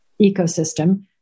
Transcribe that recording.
ecosystem